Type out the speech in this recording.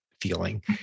feeling